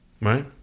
right